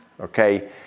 okay